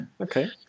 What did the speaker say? Okay